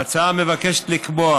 ההצעה מבקשת לקבוע